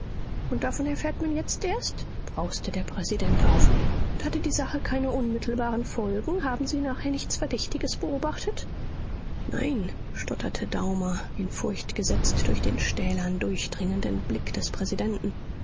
und davon erfährt man jetzt erst brauste der präsident auf und hatte die sache keine unmittelbaren folgen haben sie nachher nichts verdächtiges beobachtet nein stotterte daumer in furcht gesetzt durch den stählern durchdringenden blick des präsidenten